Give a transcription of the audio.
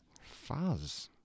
Fuzz